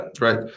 right